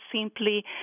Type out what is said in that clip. simply